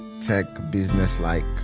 tech-business-like